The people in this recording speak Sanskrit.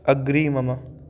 अग्रिमम्